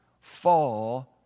fall